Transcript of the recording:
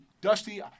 Dusty